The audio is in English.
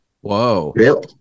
Whoa